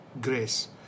grace